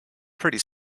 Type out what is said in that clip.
pretty